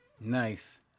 Nice